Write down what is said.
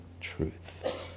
truth